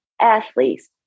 athletes